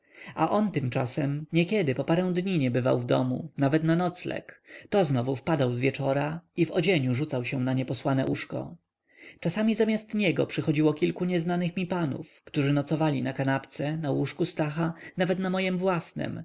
a on tymczasem niekiedy po parę dni nie bywał w domu nawet na nocleg to znowu wpadał zwieczora i w odzieniu rzucał się na nieposłane łóżko czasami zamiast niego przychodziło kilku nieznanych mi panów którzy nocowali na kanapce na łóżku stacha nawet na mojem własnem